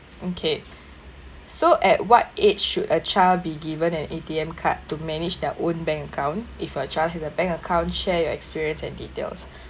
okay so at what age should a child be given an A_T_M card to manage their own bank account if a child has a bank account share your experience and details